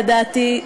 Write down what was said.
לדעתי,